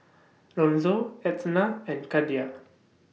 Lonzo Etna and Cordia